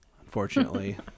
Unfortunately